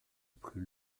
plus